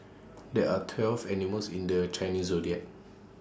there are twelve animals in the Chinese Zodiac